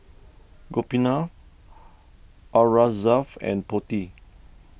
Gopinath Aurangzeb and Potti